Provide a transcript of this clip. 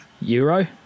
Euro